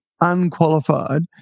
unqualified